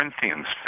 Corinthians